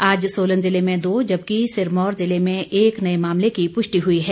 आज सोलन ज़िले में दो जबकि सिरमौर जिले में एक नए मामले की पुष्टि हुई है